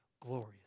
glorious